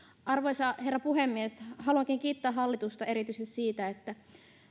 arvoisa herra puhemies haluankin kiittää hallitusta erityisesti siitä että